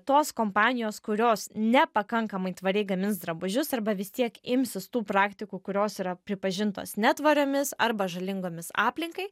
tos kompanijos kurios nepakankamai tvariai gamins drabužius arba vis tiek imsis tų praktikų kurios yra pripažintos netvariomis arba žalingomis aplinkai